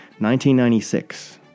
1996